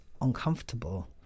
uncomfortable